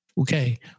Okay